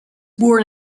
born